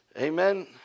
amen